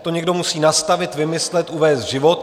To někdo musí nastavit, vymyslet, uvést v život.